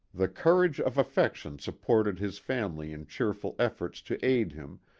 the courage of affection supported his family in cheerful efforts to aid him,